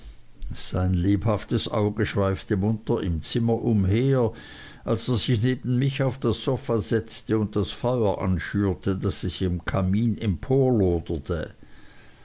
sein lebhaftes auge schweifte munter im zimmer umher als er sich neben mich auf das sofa setzte und das feuer anschürte daß es im kamin